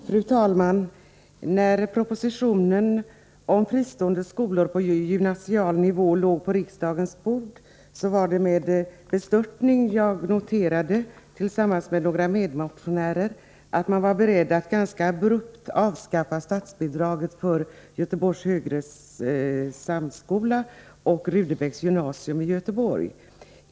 Fru talman! När propositionen om fristående skolor på gymnasial nivå låg på riksdagens bord var det med bestörtning som jag tillsammans med några medmotionärer noterade att man var beredd att ganska abrupt avskaffa statsbidraget för Göteborgs högre samskola och Sigrid Rudebecks gymnasium i Göteborg.